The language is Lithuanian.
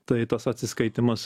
tai tas atsiskaitymas